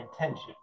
intention